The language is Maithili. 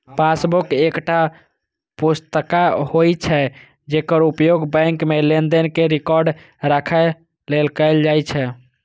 पासबुक एकटा पुस्तिका होइ छै, जेकर उपयोग बैंक मे लेनदेन के रिकॉर्ड राखै लेल कैल जाइ छै